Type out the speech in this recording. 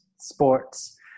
sports